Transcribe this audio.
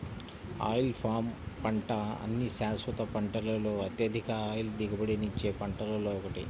oil palm పంట అన్ని శాశ్వత పంటలలో అత్యధిక ఆయిల్ దిగుబడినిచ్చే పంటలలో ఒకటి